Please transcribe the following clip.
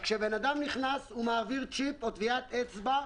שכשאדם נכנס הוא מעביר צ'יפ או טביעת אצבע,